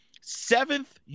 Seventh